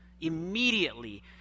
immediately